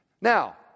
Now